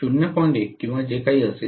1 किंवा जे काही असेल